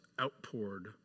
outpoured